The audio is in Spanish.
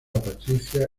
patricia